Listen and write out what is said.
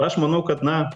aš manau kad na